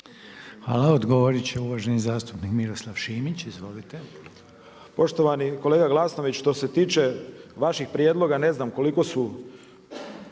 Hvala. Odgovoriti će uvaženi zastupnik Miroslav Šimić. Izvolite.